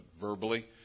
verbally